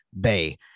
bay